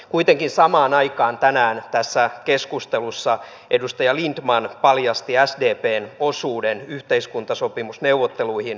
kuitenkin samaan aikaan tänään tässä keskustelussa edustaja lindtman paljasti sdpn osuuden yhteiskuntasopimusneuvotteluihin